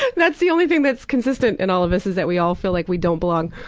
yeah that's the only thing that's consistent in all of this, is that we all feel like we don't belong.